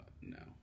no